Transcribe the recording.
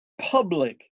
public